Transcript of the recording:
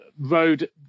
road